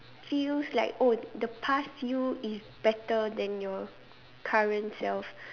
feels like oh the past you is better then your current self